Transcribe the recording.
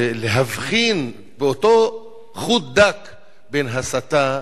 ולהבחין באותו חוט דק בין הסתה